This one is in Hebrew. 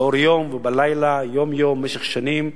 לאור יום ובלילה, יום-יום, במשך שנים,